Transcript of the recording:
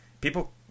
people